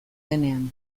denean